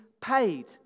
paid